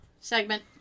segment